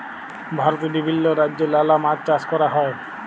ভারতে বিভিল্য রাজ্যে লালা মাছ চাষ ক্যরা হ্যয়